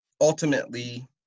ultimately